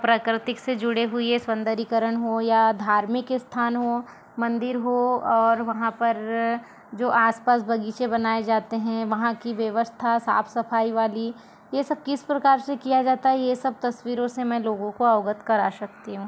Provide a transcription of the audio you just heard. प्राकृतिक से जुड़े हुए सौंदर्यीकरण हो या धार्मिक स्थान हो मंदिर हो और वहाँ पर जो आस पास बगीचे बनाए जाते हैं वहाँ की व्यवस्था साफ सफाई वाली यह सब किस प्रकार से किया जाता है ये सब तस्वीरों से मैं लोगों को अवगत करा सकती हूँ